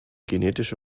genetische